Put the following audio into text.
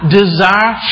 desire